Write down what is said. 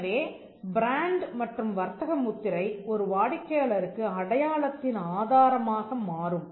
எனவே பிராண்ட் மற்றும் வர்த்தக முத்திரை ஒரு வாடிக்கையாளருக்கு அடையாளத்தின் ஆதாரமாக மாறும்